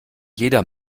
jeder